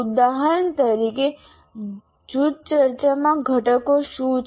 ઉદાહરણ તરીકે જૂથ ચર્ચામાં ઘટકો શું છે